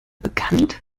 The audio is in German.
bekannt